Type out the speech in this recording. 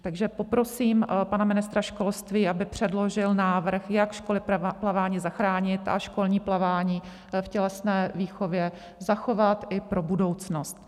Takže poprosím pana ministra školství, aby předložil návrh, jak školy plavání zachránit a školní plavání v tělesné výchově zachovat i pro budoucnost.